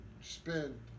spend